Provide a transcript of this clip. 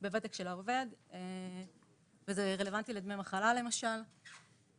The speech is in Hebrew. בוותק של העובד, דבר שרלוונטי למשל לדמי מחלה.